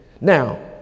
Now